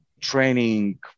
training